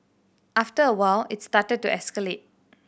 after a while it started to escalate